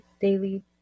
daily